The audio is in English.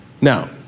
Now